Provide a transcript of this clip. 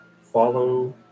follow